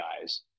guys